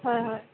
হয় হয়